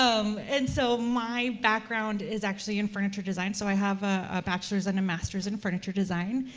um and so my background is actually in furniture design, so i have a bachelor's and masters in furniture design,